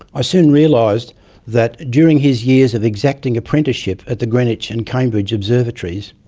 i soon realised that, during his years of exacting apprenticeship at the greenwich and cambridge observatories,